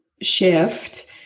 shift